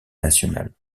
nationale